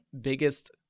biggest